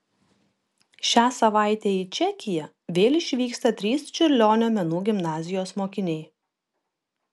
šią savaitę į čekiją vėl išvyksta trys čiurlionio menų gimnazijos mokiniai